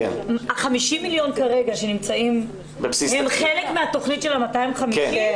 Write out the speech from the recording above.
ה-50 מיליון כרגע שנמצאים הם חלק מהתכנית של ה-250?